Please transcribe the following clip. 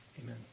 amen